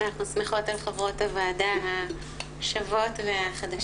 אנחנו שמחות על חברות הוועדה השוות והחדשות.